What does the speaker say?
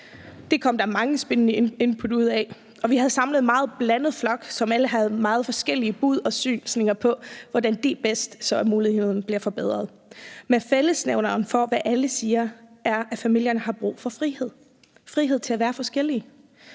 Det kom der mange spændende input ud af, og vi havde samlet en meget blandet flok, som alle havde meget forskellige bud og syn på, hvordan de bedst så at muligheden blev forbedret, men fællesnævneren for, hvad alle siger, er, at familierne har brug for frihed – frihed til at være forskellige.